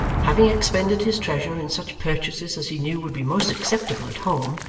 having expended his treasure in such purchases as he knew would be most acceptable at home,